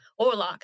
Orlock